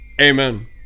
Amen